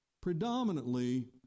predominantly